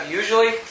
usually